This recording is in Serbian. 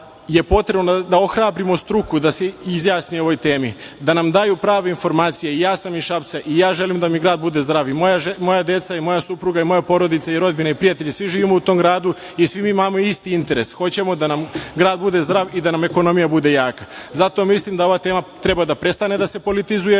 je potrebno da ohrabrimo struku da se izjasni o ovoj temi, da nam daju prave informacije? Ja sam iz Šapca i ja želim da mi grad bude zdrav i moja deca i moja supruga i moja porodica, rodbina i prijatelji, svi živimo u tom gradu i svi mi imamo isti interes. Hoćemo da nam grad bude zdrav i da nam ekonomija bude jaka. Zato mislim da ova tema treba da prestane da se politizuje